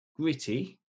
gritty